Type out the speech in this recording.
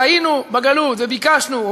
הרי היינו בגלות וביקשנו,